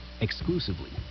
exclusively